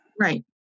Right